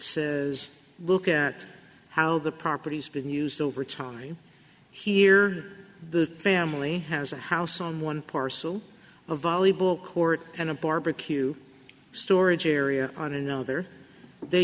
is look at how the property has been used over time here the family has a house on one parcel a volleyball court and a barbeque storage area on another they